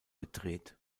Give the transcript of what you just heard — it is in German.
gedreht